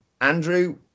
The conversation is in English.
andrew